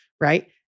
right